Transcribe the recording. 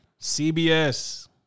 CBS